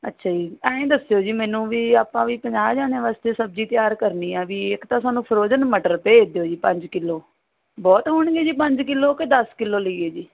ਅੱਛਾ ਜੀ ਐਂ ਦੱਸਿਓ ਜੀ ਮੈਨੂੰ ਵੀ ਆਪਾਂ ਵੀ ਪੰਜਾਹ ਜਣਿਆ ਵਾਸਤੇ ਸਬਜ਼ੀ ਤਿਆਰ ਕਰਨੀ ਆ ਵੀ ਇੱਕ ਤਾਂ ਸਾਨੂੰ ਫਿਰੋਜਨ ਮਟਰ ਭੇਜ ਦਿਓ ਜੀ ਪੰਜ ਕਿਲੋ ਬਹੁਤ ਹੋਣਗੇ ਜੀ ਪੰਜ ਕਿਲੋ ਕੇ ਦੱਸ ਕਿਲੋ ਲਈਏ ਜੀ